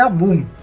um would